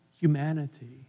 humanity